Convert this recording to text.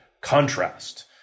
contrast